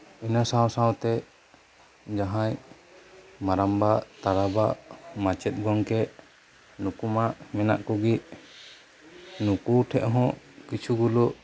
ᱤᱱᱟᱹ ᱥᱟᱶ ᱥᱟᱶᱛᱮ ᱡᱟᱦᱟᱸᱭ ᱢᱟᱨᱟᱝᱵᱟ ᱛᱟᱞᱟᱵᱟ ᱢᱟᱪᱮᱫ ᱜᱚᱝᱠᱮ ᱱᱩᱠᱩᱢᱟ ᱢᱮᱱᱟᱜ ᱠᱚᱜᱮ ᱱᱩᱠᱩ ᱴᱷᱮᱱᱦᱚᱸ ᱠᱤᱪᱷᱩᱜᱩᱞᱚ